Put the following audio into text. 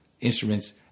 instruments